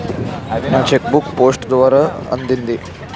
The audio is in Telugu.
నా చెక్ బుక్ పోస్ట్ ద్వారా అందింది